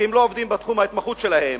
כי הם לא עובדים בתחום ההתמחות שלהם,